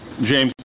James